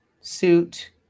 Suit